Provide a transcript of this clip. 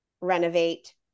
renovate